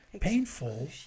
painful